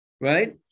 right